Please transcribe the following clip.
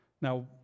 Now